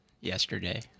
yesterday